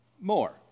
more